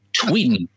tweeting